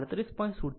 47 ખૂણો 59